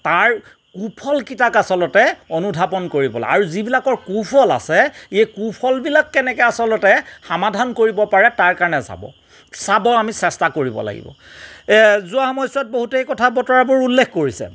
তাৰ কুফলকিটাক আচলতে অনুধাৱন কৰিব লাগে আৰু যিবিলাকৰ কুফল আছে এই কুফলবিলাকক কেনেকে আচলতে সামাধান কৰিব পাৰে তাৰকাৰণে চাব চাব আমি চেষ্টা কৰিব লাগিব যোৱা সময়চোৱাত বহুতেই কথা বতৰাবোৰ উল্লেখ কৰিছে